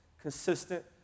consistent